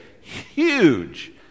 huge